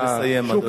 נא לסיים, אדוני.